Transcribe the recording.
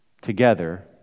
together